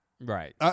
Right